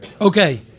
Okay